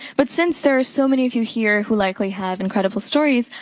but since there's so many of you here who likely have incredible stories,